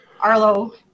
Arlo